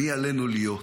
מי עלינו להיות.